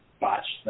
botched